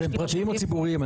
אתם פרטיים או ציבוריים?